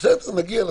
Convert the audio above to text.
נגיע לזה.